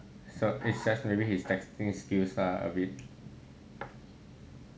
so makes sense maybe his texting skills are a bit